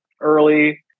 early